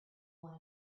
one